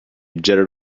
jetted